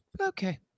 Okay